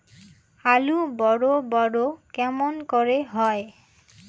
আলু বড় বড় কেমন করে হয়?